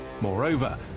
Moreover